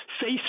Face